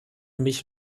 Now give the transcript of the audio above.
mich